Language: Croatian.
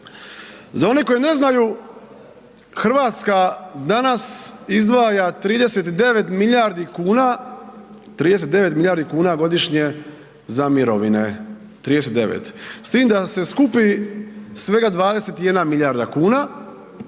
Za one koji ne znaju, RH danas izdvaja 39 milijardi kuna, 39 milijardi kuna godišnje za mirovine, 39 s tim da se skupi svega 21 milijarda kuna,